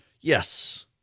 Yes